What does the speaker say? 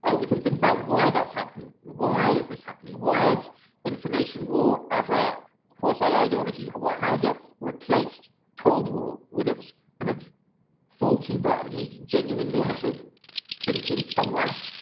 ah we can think about why that's happening. why is this happening? why is information war as a quasi-ideology, why has it replaced cold war, with its kind of faulty, but at least genuine normative thinking somewhere,